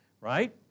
right